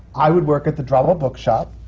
i would work at the drama book shop